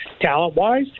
talent-wise